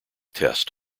test